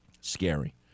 scary